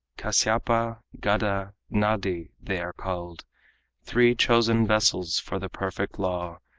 kasyapa, gada, nadi, they are called three chosen vessels for the perfect law,